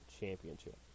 Championship